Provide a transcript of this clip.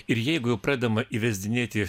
ir jeigu jau pradedama įvesdinėti